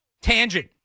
tangent